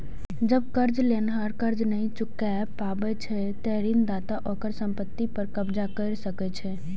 जब कर्ज लेनिहार कर्ज नहि चुका पाबै छै, ते ऋणदाता ओकर संपत्ति पर कब्जा कैर सकै छै